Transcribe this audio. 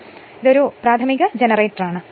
ഇതൊരു ലളിതമായ കാര്യമാണ് ഇതൊരു പ്രാഥമിക ജനറേറ്ററാണ്